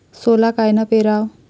सोला कायनं पेराव?